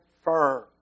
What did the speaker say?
firm